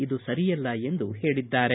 ಇದು ಸರಿಯಲ್ಲ ಎಂದು ಹೇಳಿದ್ದಾರೆ